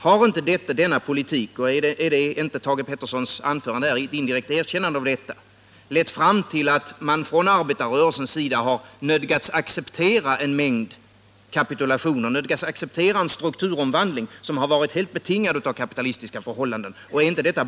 Har inte denna politik — och är inte Thage Petersons anförande ett indirekt erkännande av detta — lett fram till att man från arbetarrörelsens sida har nödgats acceptera en mängd kapitulationer och en strukturomvandling som har varit helt betingade av kapitalistiska förhållanden? Ärinte dettat.ex.